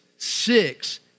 Six